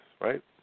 right